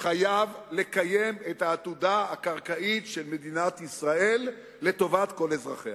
חייב לקיים את העתודה הקרקעית של מדינת ישראל לטובת כל אזרחיה.